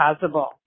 possible